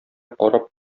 карап